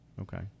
Okay